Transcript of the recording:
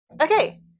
Okay